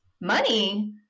money